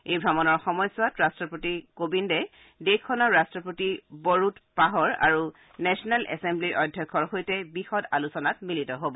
এই ভ্ৰমণৰ সময়ছোৱাত ৰাট্টপতি কোবিন্দে দেশখনৰ ৰাট্টপতি বৰুট পাহৰ আৰু নেচনেল এছেম্বলিৰ অধ্যক্ষৰ সৈতে বিশদ আলোচনাত মিলিত হ'ব